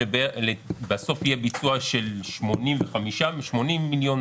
בסוף היה ביצוע של 85-80 מיליון,